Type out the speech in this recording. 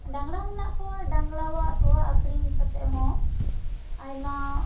ᱰᱟᱝᱨᱟ ᱢᱮᱱᱟᱜ ᱠᱚᱣᱟ ᱰᱟᱝᱨᱟᱣᱟᱜ ᱛᱳᱣᱟ ᱟᱠᱷᱨᱤᱧ ᱠᱟᱛᱮᱜ ᱦᱚᱸ ᱟᱭᱢᱟ